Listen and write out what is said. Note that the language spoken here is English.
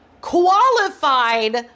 qualified